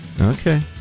Okay